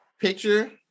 picture